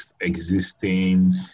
existing